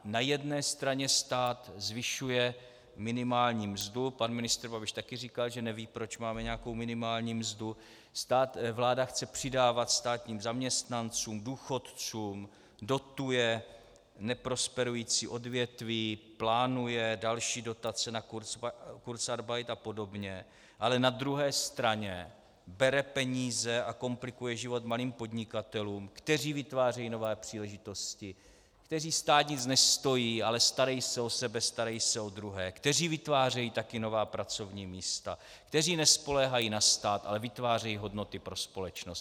Na jedné straně stát zvyšuje minimální mzdu pan ministr Babiš také říkal, že neví, proč máme nějakou minimální mzdu , vláda chce přidávat státním zaměstnancům, důchodcům, dotuje neprosperující odvětví, plánuje další dotace na kurzarbeit apod., ale na druhé straně bere peníze a komplikuje život malým podnikatelům, kteří vytvářejí nové příležitosti, kteří stát nic nestojí, ale starají se o sebe, starají se o druhé, kteří vytvářejí také nová pracovní místa, kteří nespoléhají na stát, ale vytvářejí hodnoty pro společnost.